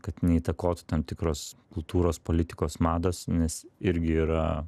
kad neįtakotų tam tikros kultūros politikos mados nes irgi yra